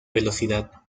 velocidad